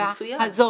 מהסיבה הזאת.